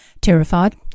Terrified